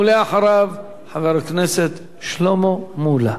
ואחריו, חבר הכנסת שלמה מולה.